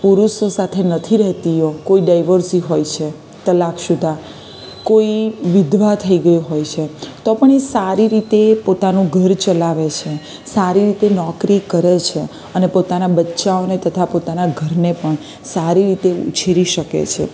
પુરુષો સાથે નથી રહેતી કોઈ ડાઇવોર્સી હોય છે તલાકસુદા કોઈ વિધવા થઈ ગઈ હોય છે તો પણ એ સારી રીતે પોતાનું ઘર ચલાવે છે સારી રીતે નોકરી કરે છે અને પોતાનાં બચ્ચાઓને તથા પોતાનાં ઘરને પણ સારી રીતે ઉછેરી શકે છે